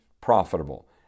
profitable